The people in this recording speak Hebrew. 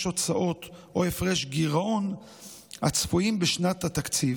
הוצאות או הפרש גירעון הצפויים בשנת התקציב,